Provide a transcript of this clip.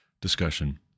discussion